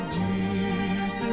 deep